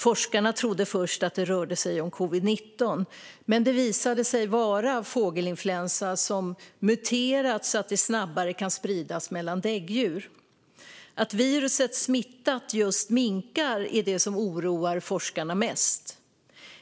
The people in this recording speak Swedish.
Forskarna trodde först att det rörde sig om covid-19, men det visade sig vara fågelinfluensa som muterat så att det kan spridas snabbare mellan däggdjur. Att viruset smittat just minkar är det som oroar forskarna mest.